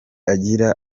agira